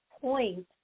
point